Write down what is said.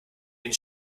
den